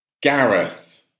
Gareth